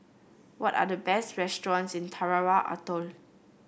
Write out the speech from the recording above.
what are the best restaurants in Tarawa Atoll